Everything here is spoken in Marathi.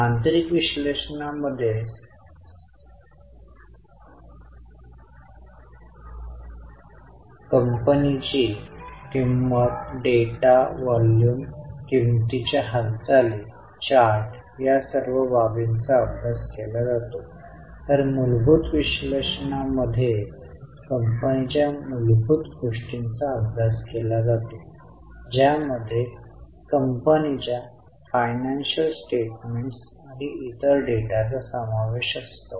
तांत्रिक विश्लेषणामध्ये कंपनीची किंमत डेटा व्हॉल्यूम किंमतींच्या हालचाली चार्ट या सर्व बाबींचा अभ्यास केला जातो तर मूलभूत विश्लेषणामध्ये कंपनीच्या मूलभूत गोष्टींचा अभ्यास केला जातो ज्यामध्ये कंपनीच्या फायनान्शिअल स्टेटमेंट्स आणि इतर डेटाचा समावेश असतो